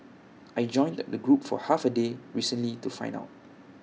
I joined the group for half A day recently to find out